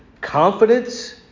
confidence